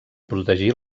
protegir